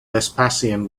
vespasian